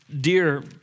dear